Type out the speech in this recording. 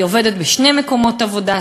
והיא עובדת בשני מקומות עבודה,